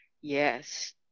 Yes